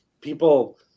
People